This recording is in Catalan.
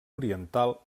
oriental